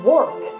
Work